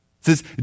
says